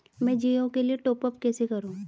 मैं जिओ के लिए टॉप अप कैसे करूँ?